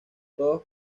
todos